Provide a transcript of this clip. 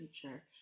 future